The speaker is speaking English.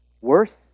worse